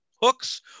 hooks